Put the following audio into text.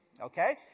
Okay